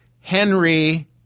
Henry